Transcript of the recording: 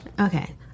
okay